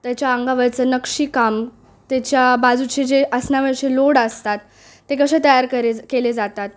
त्याच्या अंगावरचं नक्षीकाम त्याच्या बाजूचे जे आसनावरचे लोड असतात ते कशे तयार करे केले जातात